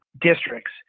districts